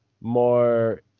more